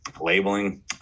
labeling